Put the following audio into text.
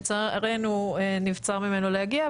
לצערנו נבצר ממנו להגיע,